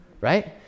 right